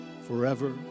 forever